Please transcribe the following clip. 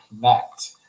connect